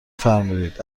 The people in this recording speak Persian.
فرمودید